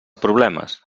problemes